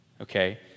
Okay